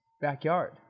backyard